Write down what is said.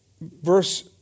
Verse